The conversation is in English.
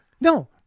No